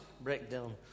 breakdown